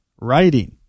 writing